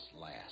last